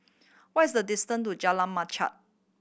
what is the distance to Jalan Machang